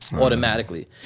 automatically